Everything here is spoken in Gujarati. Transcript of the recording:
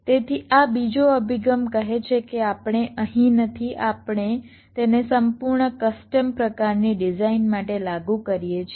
તેથી આ બીજો અભિગમ કહે છે કે આપણે અહીં નથી આપણે તેને સંપૂર્ણ કસ્ટમ પ્રકારની ડિઝાઇન માટે લાગુ કરીએ છીએ